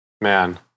Man